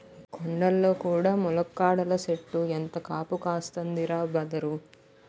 కొండల్లో కూడా ములక్కాడల సెట్టు ఎంత కాపు కాస్తందిరా బదరూ